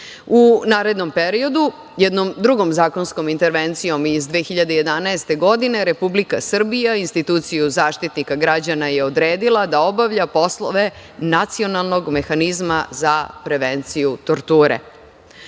U narednom periodu jednom drugom zakonskom intervencijom iz 2011. godine Republika Srbija instituciju Zaštitnika građana je odredila da obavlja poslove nacionalnog mehanizma za prevenciju torture.U